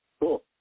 cool